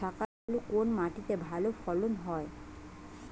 শাকালু কোন মাটিতে ভালো ফলন হয়?